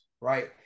right